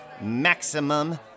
maximum